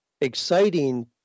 exciting